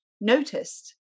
noticed